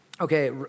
Okay